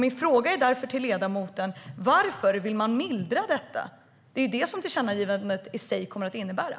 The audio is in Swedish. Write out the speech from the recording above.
Min fråga till ledamoten är därför: Varför vill man mildra detta? Det är ju det som tillkännagivandet i sig kommer att innebära.